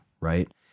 right